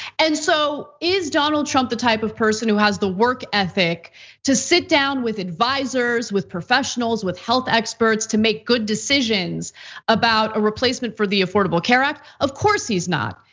and so, is donald trump the type of person who has the work ethic to sit down with advisors, with professionals, with health experts to make good decisions about a replacement for the affordable care act? of course, he's not.